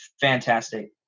fantastic